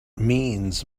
means